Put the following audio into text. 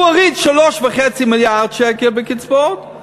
הוא הוריד 3.5 מיליארד שקל בקצבאות,